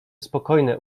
spokojne